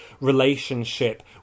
relationship